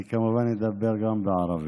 אני כמובן אדבר גם בערבית,